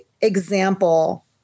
example